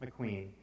McQueen